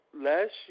last